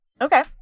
Okay